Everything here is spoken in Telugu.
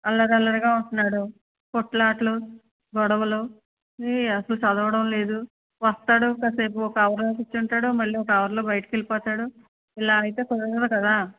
అల్లరి అల్లరిగా ఉంటున్నాడు కొట్లాట్లు గొడవలు ఇవే అసలు చదవడం లేదు వస్తాడు కాసేపు ఒక అవరు కూర్చుంటాడు మళ్ళీ ఒక అవర్లో బయటికి వెళ్ళిపోతాడు ఇలా అయితే కుదరదు కదా